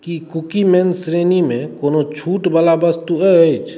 की कुकीमैन श्रेणीमे कोनो छूटवला वस्तु अछि